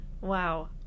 Wow